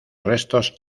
restos